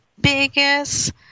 biggest